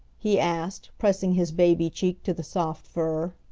he asked, pressing his baby cheek to the soft fur.